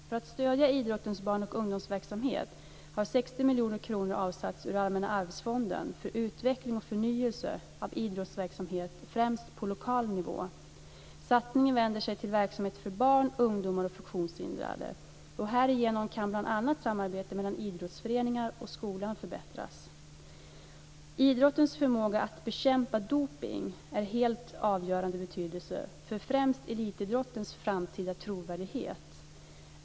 För att stödja idrottens barn och ungdomsverksamhet har 60 miljoner kronor avsatts ur Allmänna arvsfonden för utveckling och förnyelse av idrottsverksamhet främst på lokal nivå. Satsningen vänder sig till verksamhet för barn, ungdomar och funktionshindrade. Härigenom kan bl.a. samarbetet mellan idrottsföreningar och skolan förbättras. Idrottens förmåga att bekämpa dopning är av helt avgörande betydelse för främst elitidrottens framtida trovärdighet.